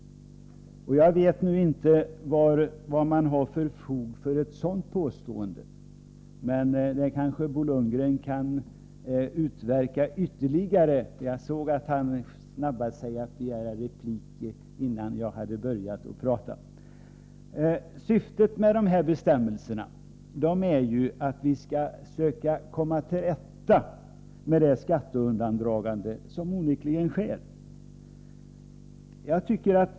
Jag vet inte om moderaterna har fog för ett sådant påstående. Det kanske Bo Lundgren kan utveckla ytterligare — jag såg att han snabbade sig att begära ordet innan jag hade börjat tala. Syftet med bestämmelserna är att vi skall söka komma till rätta med det skatteundandragande som onekligen sker.